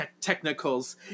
technicals